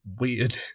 weird